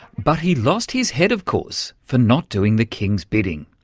but he lost his head, of course, for not doing the king's bidding.